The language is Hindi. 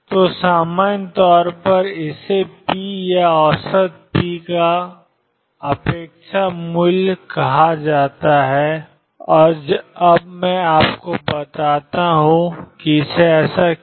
तो सामान्य तौर पर इसे पी या औसत पी का अपेक्षा मूल्य कहा जा रहा है और अब मैं आपको बताता हूं कि क्यों